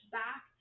back